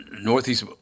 Northeast